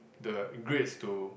the grades to